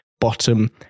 bottom